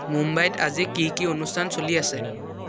মুম্বাইত আজি কি কি অনুষ্ঠান চলি আছে